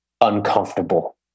uncomfortable